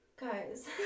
guys